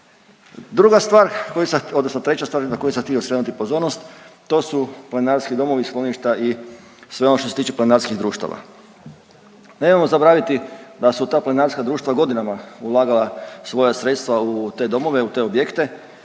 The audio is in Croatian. Druga stvar koju sam odnosno treća stvar na koju sam htio skrenuti pozornost to su planinarski domovi, skloništa i sve ono što se tiče planinarskih društava. Nemojmo zaboraviti da su ta planinarska društva godinama ulagala svoja sredstva u te domove, u te objekte